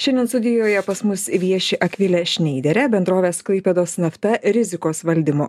šiandien studijoje pas mus vieši akvilė šneiderė bendrovės klaipėdos nafta rizikos valdymo